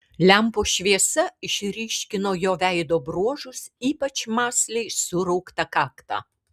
lempos šviesa išryškino jo veido bruožus ypač mąsliai surauktą kaktą